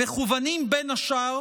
מכוונים בין השאר